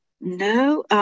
No